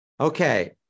Okay